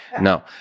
No